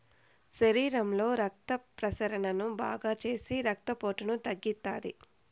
శరీరంలో రక్త ప్రసరణను బాగాచేసి రక్తపోటును తగ్గిత్తాది